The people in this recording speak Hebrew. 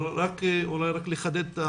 אבל אולי רק לחדד,